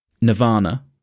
Nirvana